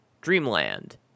dreamland